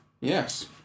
Yes